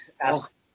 ask